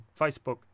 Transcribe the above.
Facebook